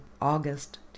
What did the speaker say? August